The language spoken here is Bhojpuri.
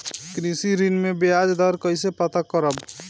कृषि ऋण में बयाज दर कइसे पता करब?